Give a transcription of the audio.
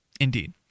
Indeed